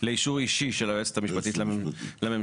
לאישור אישי של היועצת המשפטית לממשלה.